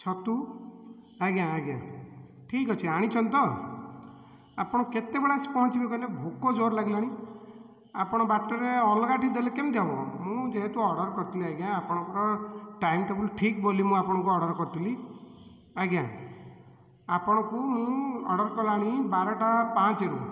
ଛତୁ ଆଜ୍ଞା ଆଜ୍ଞା ଠିକ୍ ଅଛି ଆଣିଛନ୍ତି ତ ଆପଣ କେତେବେଳେ ଆସି ପହଞ୍ଚିବେ କହିଲେ ଭୁକ ଜୋର୍ ଲାଗିଲାଣି ଆପଣ ବାଟରେ ଅଲଗାଠି ଦେଲେ କେମିତି ହେବ ମୁଁ ଯେହେତୁ ଅର୍ଡ଼ର୍ କରିଥିଲି ଆଜ୍ଞା ଆପଣଙ୍କ ଟାଇମ୍ ଟେବଲ୍ ଠିକ୍ ବୋଲି ମୁଁ ଆପଣଙ୍କୁ ଅର୍ଡ଼ର୍ କରିଥିଲି ଆଜ୍ଞା ଆପଣଙ୍କୁ ମୁଁ ଅର୍ଡ଼ର୍ କଲାଣି ବାରଟା ପାଞ୍ଚରୁ